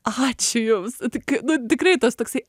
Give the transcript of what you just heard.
ačiū jums tik nu tikrai tas toksai